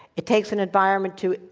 it takes an environment to